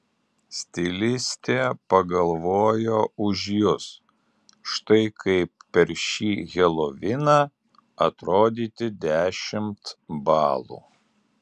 stilistė pagalvojo už jus štai kaip per šį heloviną atrodyti dešimt balų